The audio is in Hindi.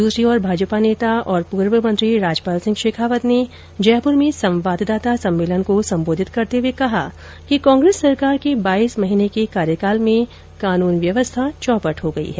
द्रसरी ओर भाजपा नेता और पूर्व मंत्री राजपाल सिंह शेखावत ने जयप्र में संवाददाता सम्मेलन को संबोधित करते हुए कहा कि कांग्रेस सरकार के बाइस महीने के कार्यकाल में कानून व्यवस्था चौपट हो गई है